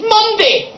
Monday